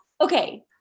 okay